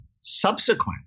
subsequent